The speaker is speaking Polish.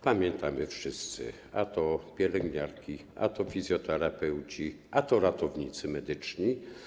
Pamiętamy wszyscy: a to pielęgniarki, a to fizjoterapeuci, a to ratownicy medyczni.